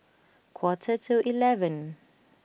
quarter to eleven